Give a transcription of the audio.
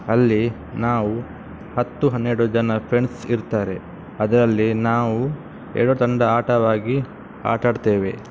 ಅಲ್ಲಿ ನಾವು ಹತ್ತು ಹನ್ನೆರಡು ಜನ ಫ್ರೆಂಡ್ಸ್ ಇರ್ತಾರೆ ಅದರಲ್ಲಿ ನಾವು ಎರಡು ತಂಡ ಆಟವಾಗಿ ಆಟಾಡ್ತೇವೆ